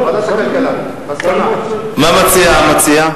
מה מציע המציע?